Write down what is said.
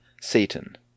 Satan